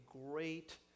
great